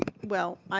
well,